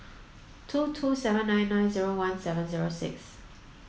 two two seven nine nine zero one seven zero six